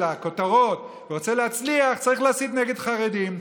לכותרות ורוצה להצליח צריך להסית נגד חרדים.